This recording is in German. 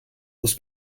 muss